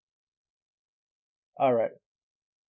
alright